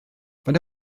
faint